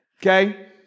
okay